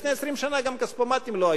לפני 20 שנה גם כספומטים לא היו,